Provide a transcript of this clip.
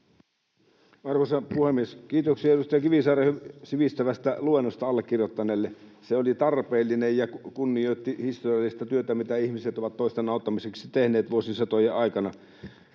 Arvoisa puhemies! Kiitoksia edustaja Kivisaarelle sivistävästä luennosta allekirjoittaneelle. Se oli tarpeellinen ja kunnioitti historiallista työtä, mitä ihmiset ovat toisten auttamiseksi tehneet vuosisatojen aikana.